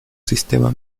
sistema